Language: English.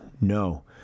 no